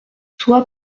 soit